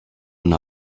una